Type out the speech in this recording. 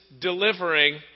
delivering